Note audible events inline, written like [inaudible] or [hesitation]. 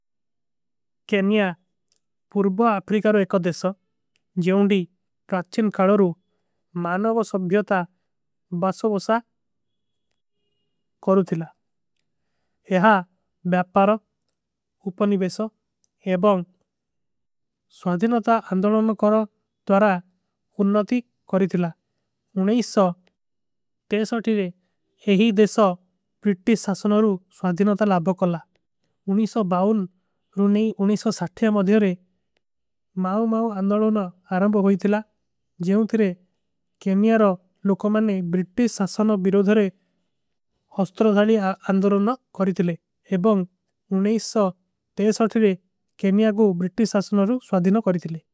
କେନିଯା ପୂର୍ବା ଅଫ୍ରିକାରୋ ଏକ ଦେଶ ଜୋଂଡୀ ତ୍ରାଚ୍ଚିନ ଖଲରୋ ମାନଵ। ସଭ୍ଯତା ବାସଵୋସା କରୂ ଥିଲା ଯହାଂ ବ୍ଯାପାରୋ ଉପନୀ ବେଶୋ ଏବଂଗ। ସ୍ଵାଧିନତା ଅଂଧରନ କରୋ ତ୍ଵାରା ଉନ୍ନତି କରୀ ଥିଲା ଏହୀ ଦେଶ। ବ୍ରିଟିଶ ସାସନୋରୋ ସ୍ଵାଧିନତା ଲାବଗ କରଲା ରୁନୀ ମେଂ ମାଵ ମାଵ। ଅଂଧରନ ଆରଂବ ହୋ ଥିଲା ଜୈଂଧିରେ କେନିଯାରୋ ଲୋକୋମାନେ ବ୍ରିଟିଶ। ସାସନୋ ବିରୋଧରେ ଅଂଧରନ [hesitation] କରୀ ଥିଲେ। ଏବଂଗ କେନିଯାରୋ ବ୍ରିଟିଶ ସାସନୋରୋ ସ୍ଵାଧିନା କରୀ ଥିଲେ।